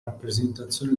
rappresentazione